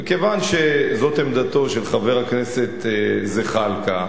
וכיוון שזו עמדתו של חבר הכנסת זחאלקה,